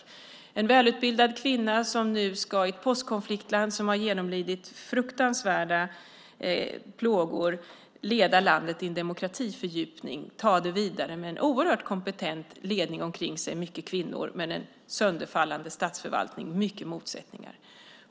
Hon, en välutbildad kvinna, ska i ett postkonfliktland som har genomlidit fruktansvärda plågor leda landet i en demokratifördjupning och ta det vidare. Hon har en oerhört kompetent ledning omkring sig med många kvinnor men en sönderfallande statsförvaltning med mycket motsättningar.